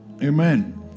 Amen